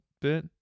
bit